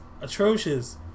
atrocious